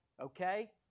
okay